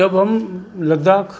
जब हम लद्दाख